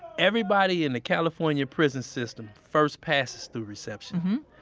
everybody in the california prison system first passes through reception.